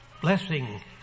blessing